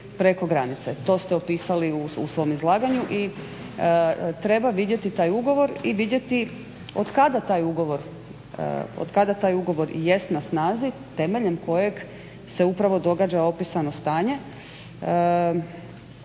To ste opisali u svom izlaganju. I treba vidjeti taj ugovor i vidjeti od kada taj ugovor, od kada taj ugovor jest na snazi temeljem kojeg se upravo događa opisano stanje,